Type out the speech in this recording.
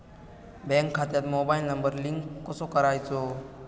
Bank खात्यात mobile number link कसो करायचो?